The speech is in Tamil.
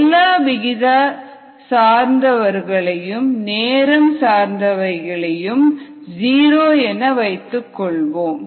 எல்லா விகிதசார்ந்தவர்களையும் நேரம் சார்ந்தவர்களையும் ஜீரோ என வைத்துக்கொள்வோம்